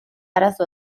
arazo